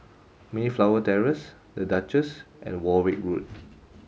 Mayflower Terrace The Duchess and Warwick Road